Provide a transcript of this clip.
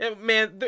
Man